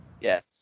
Yes